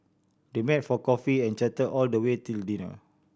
they met for coffee and chatted all the way till dinner